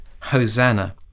Hosanna